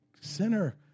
sinner